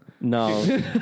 No